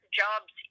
jobs